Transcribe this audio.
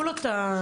אז ננסה עוד פעם.